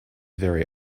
very